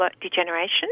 degeneration